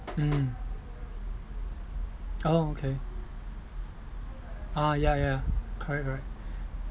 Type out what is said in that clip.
mm oh okay ah ya ya correct correct